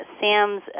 Sam's